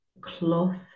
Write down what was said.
cloth